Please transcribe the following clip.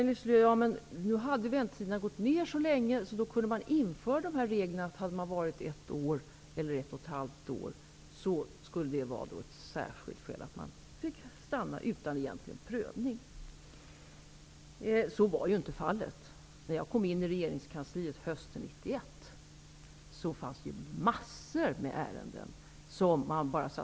Maj-Lis Lööw säger att väntetiderna hade under tiden kortats ned så att man nu kunde införa reglerna om att det skulle utgöra ett särskilt skäl för att få stanna utan egentlig prövning om man hade varit i Sverige i ett eller ett och ett halvt år. Så var inte fallet. När jag kom in i regeringskansliet hösten 1991 fanns det massor med ärenden som man bara ''vägde''.